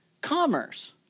commerce